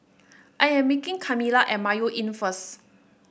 I am meeting Kamila at Mayo Inn first